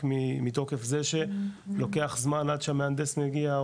רק מתוקף זה שלוקח זמן עד שהמהנדס מגיע,